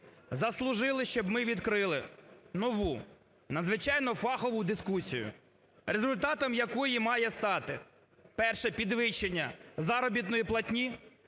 заслужили, щоб ми відкрили нову надзвичайно фахову дискусію, результатом якої має стати: перше, підвищення заробітної платні